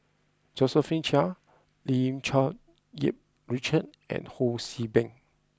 Josephine Chia Lim Cherng Yih Richard and Ho See Beng